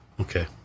okay